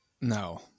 No